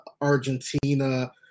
Argentina